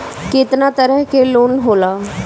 केतना तरह के लोन होला?